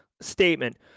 statement